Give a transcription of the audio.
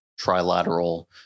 trilateral